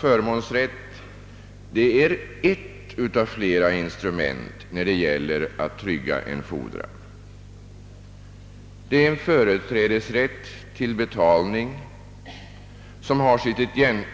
Förmånsrätten är ett av flera instrument när det gäller att trygga en fordran. Det är en företrädesrätt till betalning som har